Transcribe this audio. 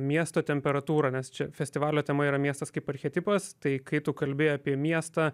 miesto temperatūrą nes čia festivalio tema yra miestas kaip archetipas tai kai tu kalbi apie miestą